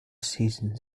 seasons